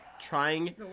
trying